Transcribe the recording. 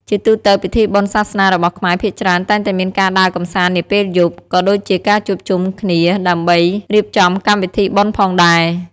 ជាទូទៅ ពិធីបុណ្យសាសនារបស់ខ្មែរភាគច្រើនតែងមានការដើរកម្សាន្តនាពេលយប់ ក៏ដូចជាការជួបជុំគ្នាដើម្បីរៀបចំកម្មវិធីបុណ្យផងដែរ។